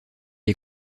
est